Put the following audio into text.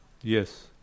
Yes